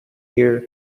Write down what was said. gear